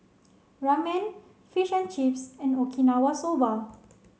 Ramen Fish and Chips and Okinawa Soba